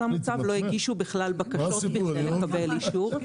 המצב לא הגישו בכלל בקשות כדי לקבל אישור.